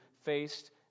faced